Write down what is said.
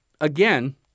again